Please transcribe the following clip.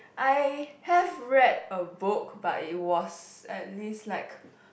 I have read a book but it was at least like